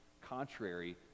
contrary